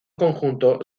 conjunto